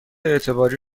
اعتباری